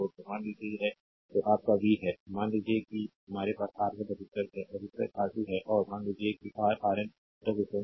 मान लीजिए यह तो आप का v है मान लीजिए कि हमारे पास R1 रेजिस्टेंस है रेजिस्टेंस R2 है और मान लीजिए कि R Rn रेजिस्टेंस है